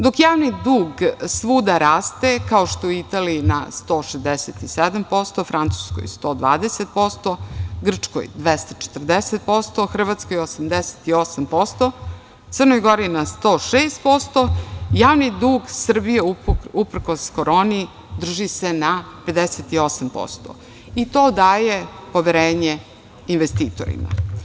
Dok javni dug svuda raste, kao što je u Italiji na 167%, Francuskoj 120%, Grčkoj 240%, Hrvatskoj 88%, Crnoj Gori na 106%, javni dug Srbije, uprkos koroni, drži se na 58% i to daje poverenje investitorima.